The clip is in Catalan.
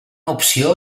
opció